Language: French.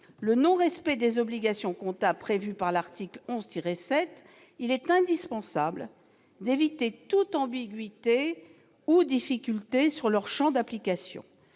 le non-respect des obligations comptables prévues par l'article 11-7, il est indispensable d'éviter toute ambiguïté ou difficulté sur leur champ d'application.